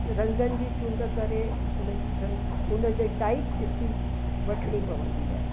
रंगनि जी चूंड करे उन जी रंग उन जी टाइप ॾिसी वठिणी पवंदी आहे